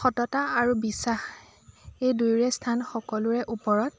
সততা আৰু বিশ্বাস এই দুয়োৰে স্থান সকলোৰে ওপৰত